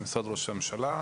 משרד ראש הממשלה,